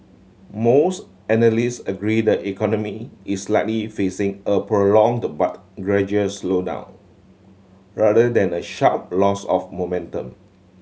most analysts agree the economy is likely facing a prolonged but gradual slowdown rather than a sharp loss of momentum